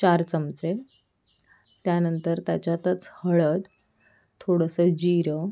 चार चमचे त्यानंतर त्याच्यातच हळद थोडंसं जिरं